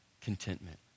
contentment